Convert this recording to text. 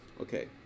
Okay